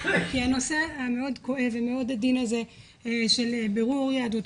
כי הנושא המאוד כואב ומאוד עדין הזה של בירור יהדות,